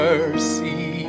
Mercy